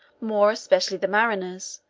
more especially the mariners,